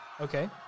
Okay